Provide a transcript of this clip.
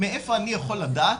מאיפה אני יכול לדעת,